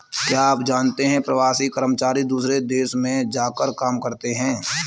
क्या आप जानते है प्रवासी कर्मचारी दूसरे देश में जाकर काम करते है?